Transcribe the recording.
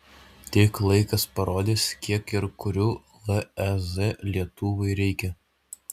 tik laikas parodys kiek ir kurių lez lietuvai reikia